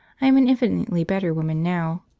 i am an infinitely better woman now.